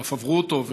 ואף עברו אותו,